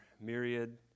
myriad